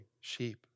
sheep